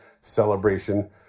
celebration